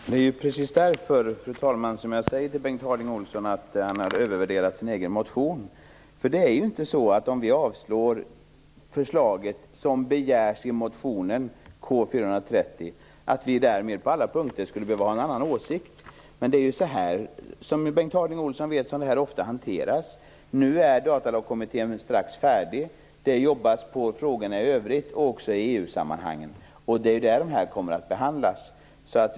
Fru talman! Det är precis därför som jag säger till Bengt Harding Olson att han har övervärderat sin egen motion. Även om vi avslår förslaget i motion K430 behöver vi inte på alla punkter ha en annan åsikt. Men så här hanteras det ofta, som Bengt Harding Olson vet. Datalagskommittén är strax färdig. Det jobbas på frågorna i övrigt också i EU-sammanhang. Det är där dessa kommer att behandlas.